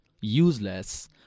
useless